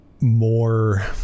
more